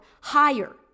higher